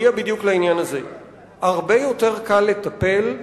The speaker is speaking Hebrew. הרבה יותר קל לטפל,